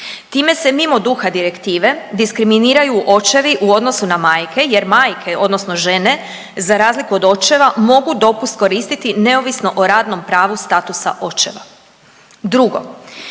Time se mimo duha direktive diskriminiraju očevi u odnosu na majke jer majke odnosno žene za razliku od očeva mogu dopust koristiti neovisno o radnom pravu statusa očeva.